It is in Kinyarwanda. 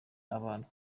abantu